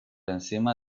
encima